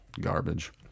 garbage